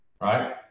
Right